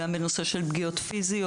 גם בנושא של פגיעות פיזיות.